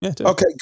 Okay